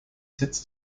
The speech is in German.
sitz